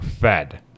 fed